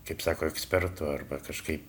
kaip sako ekspertų arba kažkaip